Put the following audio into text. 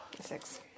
Six